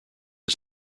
his